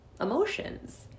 emotions